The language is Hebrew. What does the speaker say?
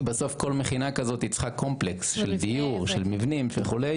בסוף כל מכינה כזאת צריכה קומפלקס של דיור של מבנים וכו'.